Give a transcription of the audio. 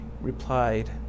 replied